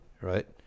right